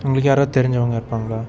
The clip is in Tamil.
உங்களுக்கு யாராவது தெரிஞ்சவங்க இருப்பாங்களா